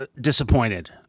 disappointed